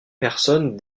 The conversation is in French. personnes